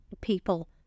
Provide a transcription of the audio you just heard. people